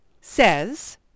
says